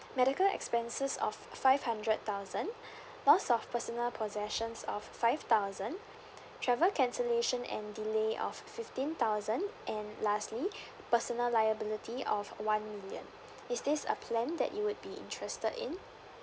medical expenses of five hundred thousand lost of personal possessions of five thousand travel cancellation and delay of fifteen thousand and lastly personal liability of one million is this a plan that you would be interested in